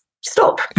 stop